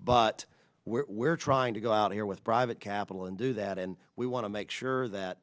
but we're trying to go out here with private capital and do that and we want to make sure that